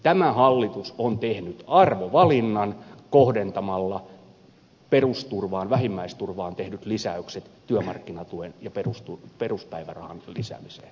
tämä hallitus on tehnyt arvovalinnan kohdentamalla perusturvaan vähimmäisturvaan tehdyt lisäykset työmarkkinatuen ja peruspäivärahan lisäämiseen